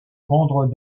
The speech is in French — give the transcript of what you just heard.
rendre